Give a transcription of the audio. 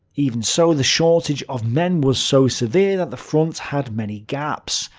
even so, the shortage of men was so severe that the front had many gaps,